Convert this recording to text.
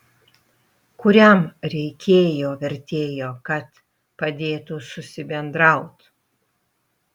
kuriam reikėjo vertėjo kad padėtų susibendraut